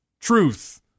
truth